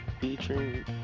featuring